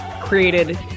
created